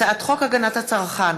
הצעת חוק הגנת הצרכן